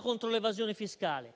contro l'evasione fiscale.